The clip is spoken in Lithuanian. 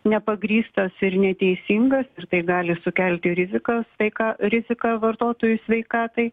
nepagrįstas ir neteisingas ir tai gali sukelti rizikas sveika riziką vartotojų sveikatai